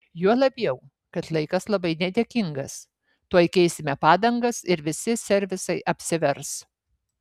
juo labiau kad laikas labai nedėkingas tuoj keisime padangas ir visi servisai apsivers